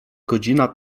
godzina